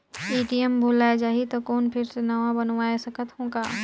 ATM भुलाये जाही तो कौन फिर से नवा बनवाय सकत हो का?